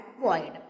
void